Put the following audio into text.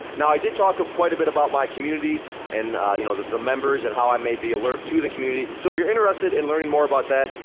now, i did talk quite a bit about my community and, you know, the the members and how i made the alert to the community, so if you're interested in learning more about that,